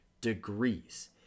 degrees